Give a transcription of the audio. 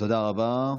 תודה רבה.